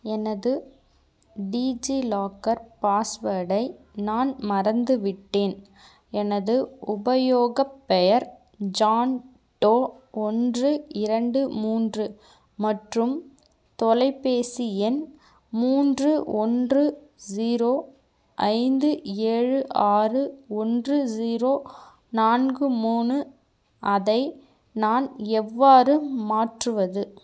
எனது டீஜிலாக்கர் பாஸ்வேர்டை நான் மறந்துவிட்டேன் எனது உபயோகப் பெயர் ஜான் டோ ஒன்று இரண்டு மூன்று மற்றும் தொலைப்பேசி எண் மூன்று ஒன்று ஸீரோ ஐந்து ஏழு ஆறு ஒன்று ஸீரோ நான்கு மூணு அதை நான் எவ்வாறு மாற்றுவது